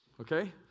Okay